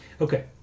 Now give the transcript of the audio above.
Okay